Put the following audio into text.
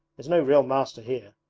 is no real master here.